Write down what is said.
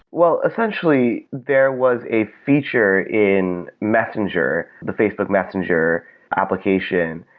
well, essentially, there was a feature in messenger, the facebook messenger application,